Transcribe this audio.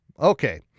Okay